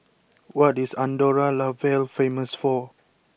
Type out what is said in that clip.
what is Andorra la Vella famous for